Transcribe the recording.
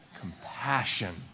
compassion